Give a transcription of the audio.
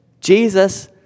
Jesus